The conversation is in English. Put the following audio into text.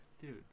Dude